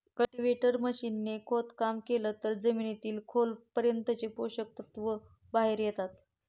cultivator machine ने खोदकाम केलं तर जमिनीतील खोल पर्यंतचे पोषक तत्व बाहेर येता